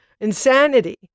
insanity